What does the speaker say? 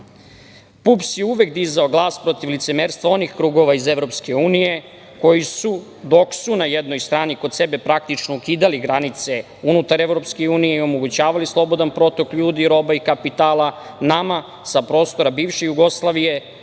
PUPS je uvek dizao glas protiv licemerstva, onih krugova iz EU, koji su, dok su na jednoj strani kod sebe, praktično ukidali granice unutar EU i omogućavali slobodan protok ljudi, robe i kapitala, nama, sa prostora bivše Jugoslavije,